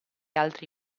altri